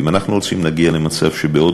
אם אנחנו לא רוצים להגיע למצב שבעוד